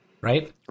Right